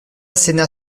asséna